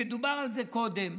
ודובר על זה קודם,